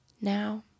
Now